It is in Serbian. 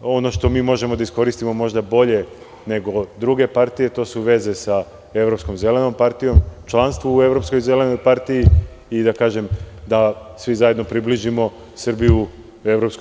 ono što mi možemo da iskoristimo možda bolje nego druge partije to su veze sa Evropskom zelenom partijom, članstvo u Evropskoj zelenoj partiji i da kažem da svi zajedno približimo Srbiju EU.